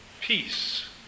peace